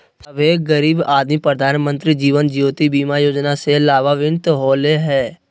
सभे गरीब आदमी प्रधानमंत्री जीवन ज्योति बीमा योजना से लाभान्वित होले हें